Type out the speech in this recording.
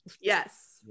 Yes